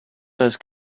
those